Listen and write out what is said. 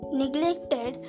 neglected